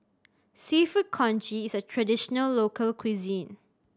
Seafood Congee is a traditional local cuisine